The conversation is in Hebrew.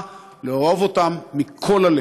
בהחלטתו: לא אכפת לי מכם,